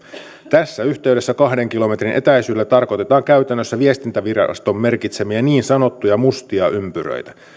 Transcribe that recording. tässä yhteydessä kahden kilometrin etäisyydellä tarkoitetaan käytännössä viestintäviraston merkitsemiä niin sanottuja mustia ympyröitä